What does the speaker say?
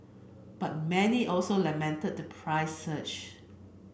but many also lamented the price surge